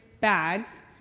bags